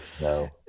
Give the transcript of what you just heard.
no